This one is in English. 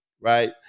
right